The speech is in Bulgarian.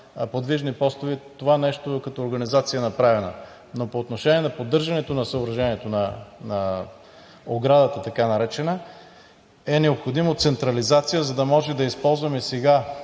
подвижни постове. Това нещо като организация е направено. Но по отношение на поддържането на съоръжението на така наречената ограда, е необходимо централизация, за да може да използваме тези